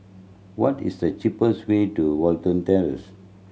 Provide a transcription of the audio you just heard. what is the cheapest way to Watten Terrace